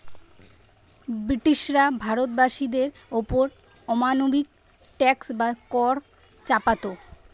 ব্রিটিশরা ভারতবাসীদের ওপর অমানবিক ট্যাক্স বা কর চাপাত